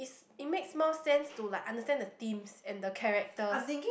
it makes more sense to like understand the themes and the characters